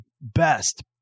best